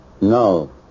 No